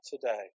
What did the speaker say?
today